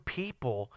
people